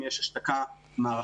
יש פה דבר הרבה יותר עמוק